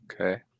Okay